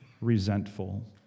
resentful